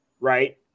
Right